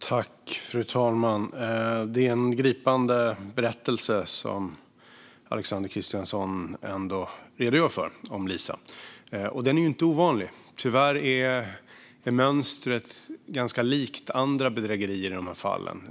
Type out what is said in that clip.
Fru talman! Det är en gripande berättelse om Lisa som Alexander Christiansson redogör för. Och den är inte ovanlig. Tyvärr är mönstret i de här fallen ganska likt det vi ser i andra bedrägerier.